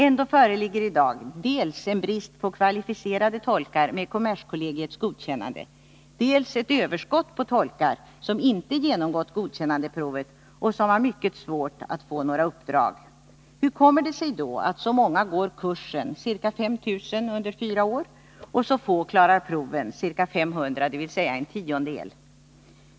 Ändå föreligger i dag dels en brist på kvalificerade tolkar med kommerskollegiets godkännande, dels ett överskott på tolkar som inte genomgått godkännandeprovet och som har mycket svårt att få några uppdrag. Hur kommer det sig då att så många går kursen — ca 5 000 under fyra år — och så få klarar proven — ca 500, dvs. en tiondel?